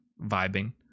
vibing